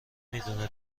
میدونه